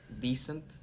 decent